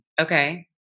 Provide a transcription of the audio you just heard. Okay